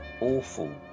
awful